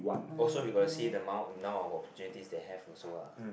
also you got to see the amount now of opportunities they have also ah